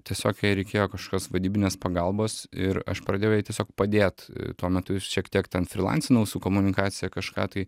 tiesiog jai reikėjo kažkokios vadybinės pagalbos ir aš pradėjau jai tiesiog padėt tuo metu šiek tiek ten frylansinau su komunikacija kažką tai